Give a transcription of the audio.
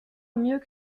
mieux